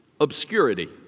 obscurity